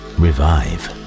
revive